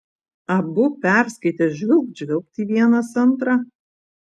abu perskaitę žvilgt žvilgt į vienas antrą